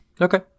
okay